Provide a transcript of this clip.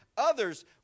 Others